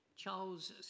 Charles